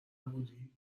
نبودی